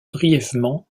brièvement